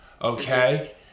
Okay